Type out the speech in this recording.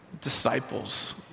disciples